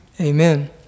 amen